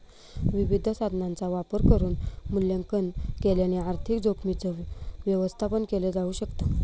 विविध साधनांचा वापर करून मूल्यांकन केल्याने आर्थिक जोखीमींच व्यवस्थापन केल जाऊ शकत